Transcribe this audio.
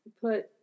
Put